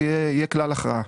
יהיה כלל הכרעה.